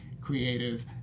creative